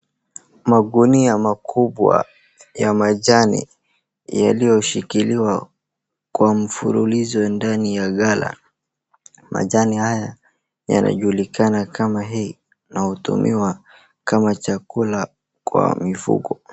Magunia makubwa ya majani yalioshikiliwa kwa mfululizo ndani ya gala. Majani haya yanajulikana kama hay na hutumiwa kama chakula kwa mifugo.